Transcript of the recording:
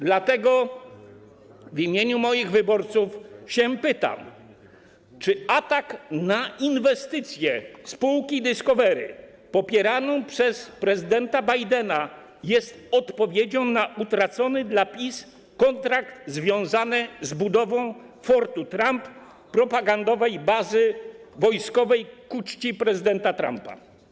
Dlatego w imieniu moich wyborców pytam, czy atak na inwestycje spółki Discovery popieranej przez prezydenta Bidena jest odpowiedzią na utracony dla PiS kontrakt związany z budową Fortu Trump, propagandowej bazy wojskowej ku czci prezydenta Trumpa.